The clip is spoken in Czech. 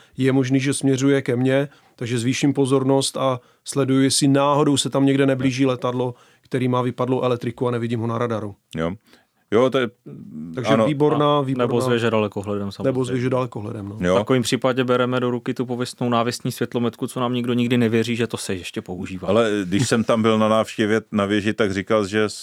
Je možný, že směřuje ke mně, takže zvýším pozornost a sleduju, jestli náhodou se tam někde neblíží letadlo, který má vypadlou elektriku a nevidím ho na radaru. Jo. Jo, to je, mm, Takže ano. výborná, Nebo výborná. z věže dalekohledem, Nebo samozřejmě. z věže dalekohledem, no. Jo. V takovým případě bereme do ruky tu pověstnou návěstní světlometku, co nám nikdo nikdy nevěří, že to se ještě používá. Ale, eh, když jsem tam byl na návštěvě, na věži, tak říkal, že